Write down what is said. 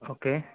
okay